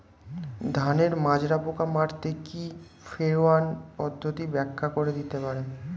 ধানের মাজরা পোকা মারতে কি ফেরোয়ান পদ্ধতি ব্যাখ্যা করে দিতে পারে?